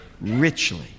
richly